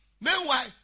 Meanwhile